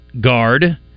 guard